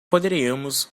poderíamos